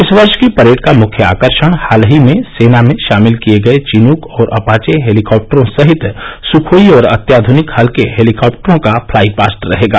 इस वर्ष की परेड का मुख्य आकर्षण हाल ही में सेना में शामिल किए गए चिनूक और अपाचे हेलीकॉप्टरों सहित सुखोई और अत्याधुनिक हल्के हेलीकॉप्टरों का फ्लाई पास्ट रहेगा